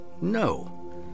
no